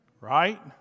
Right